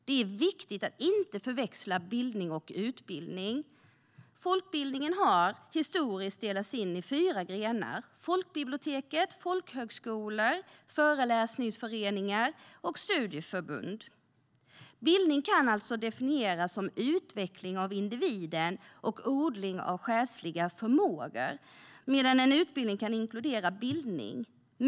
Det är viktigt att inte förväxla bildning och utbildning. Folkbildningen har historiskt delats in i fyra grenar: folkbibliotek, folkhögskolor, föreläsningsföreningar och studieförbund. Bildning kan alltså definieras som utveckling av individen och odling av själsliga förmågor, medan en utbildning kan inkludera bildning.